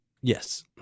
Yes